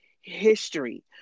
history